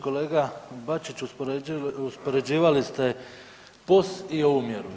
Kolega Bačiću, uspoređivali ste POS i ovu mjeru.